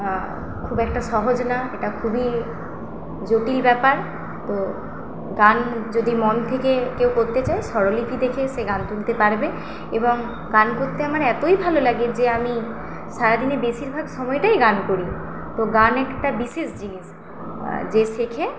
খুব একটা সহজ না এটা খুবই জটিল ব্যাপার তো গান যদি মন থেকে কেউ করতে চায় স্বরলিপি দেখে সে গান তুলতে পারবে এবং গান করতে আমার এতই ভালো লাগে যে আমি সারাদিনে বেশিরভাগ সময়টাই গান করি তো গান একটা বিশেষ জিনিস যে শেখে